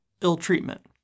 ill-treatment